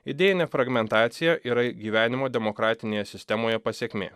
idėjinė fragmentacija yra gyvenimo demokratinėje sistemoje pasekmė